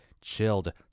chilled